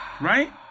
Right